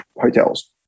hotels